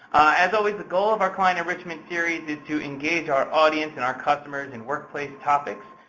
as always, the goal of our client enrichment series is to engage our audience and our customers in workplace topics,